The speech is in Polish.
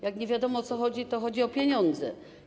Jak nie wiadomo, o co chodzi, to chodzi o pieniądze.